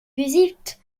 visite